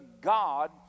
God